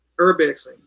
urbexing